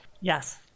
Yes